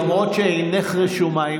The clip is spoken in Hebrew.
למרות שאינך רשומה,